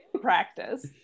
practice